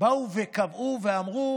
קבעו ואמרו